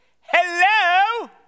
Hello